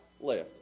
left